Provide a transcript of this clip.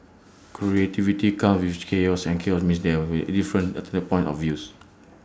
creativity comes with chaos and chaos means there will be different alternate points of views